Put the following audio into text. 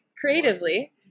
creatively